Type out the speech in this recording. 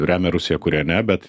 remia rusiją kurie ne bet